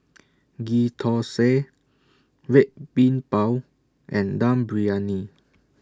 Ghee Thosai Red Bean Bao and Dum Briyani